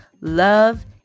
love